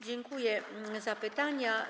Dziękuję za pytania.